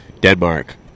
Denmark